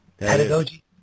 Pedagogy